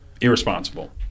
irresponsible